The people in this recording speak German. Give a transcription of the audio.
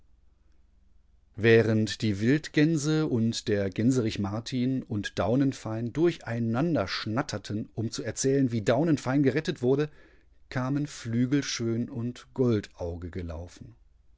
während die wildgänse und der gänserich martin und daunenfein durcheinander schnatterten um zu erzählen wie daunenfein gerettet wurde kamen flügelschön und goldauge gelaufen